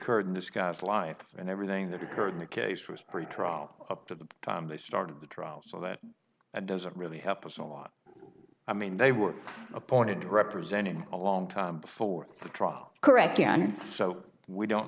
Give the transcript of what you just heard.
occurred in this guy's life and everything that occurred in the case was pretrial up to the time they started the trial so that doesn't really help us a lot i mean they were appointed representing a long time before the trial correct and so we don't